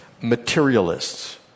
materialists